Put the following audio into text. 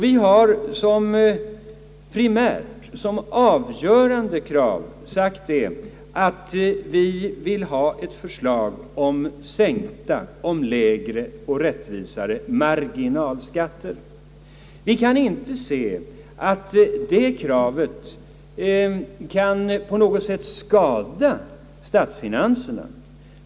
Vi har såsom ett primärt och avgörande krav sagt att vi vill ha ett förslag om lägre och rättvisare marginalskatter. Vi kan inte se att ett tillgodoseende av detta krav på något sätt skulle skada statsfinanserna.